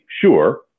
sure